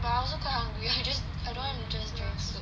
but I also quite hungry I don't want to just drink soup